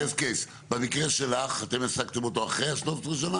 במקרה שלך אתם העסקתם אותו אחרי ה-13 שנים?